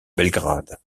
belgrade